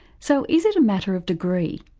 so is it a matter of degree?